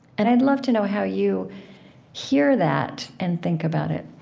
and i'd love to know how you hear that and think about it